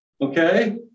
okay